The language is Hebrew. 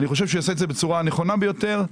לדעתי, הוא יעשה את זה בצורה הנכונה ביותר,